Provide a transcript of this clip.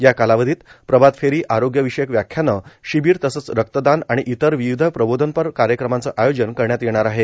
या कालावधीत प्रभात फेरी आरोग्य विषयक व्याख्याने शिबीर तसंच रक्तदान आणि इतर विविध प्रबोधनपर कार्यक्रमाचं आयोजन करण्यात येणार आहे